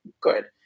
good